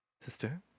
sister